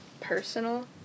personal